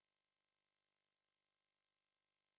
ya ya ya mutton confirm got the 臭臭